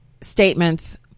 statements